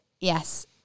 yes